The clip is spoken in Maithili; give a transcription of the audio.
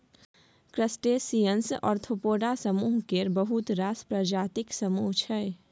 क्रस्टेशियंस आर्थोपेड समुह केर बहुत रास प्रजातिक समुह छै